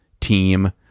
team